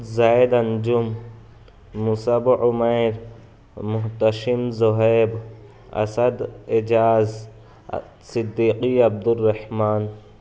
Zaid Anjum Musab Umair Mohtasham Zohaib Asad Ijaz Siddiqui Abdul Rahman